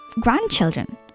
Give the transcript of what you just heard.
grandchildren